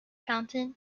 fountain